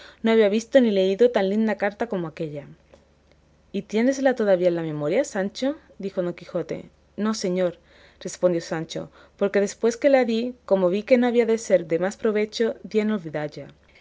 no había visto ni leído tan linda carta como aquélla y tiénesla todavía en la memoria sancho dijo don quijote no señor respondió sancho porque después que la di como vi que no había de ser de más provecho di